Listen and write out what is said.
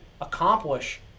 accomplish